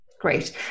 Great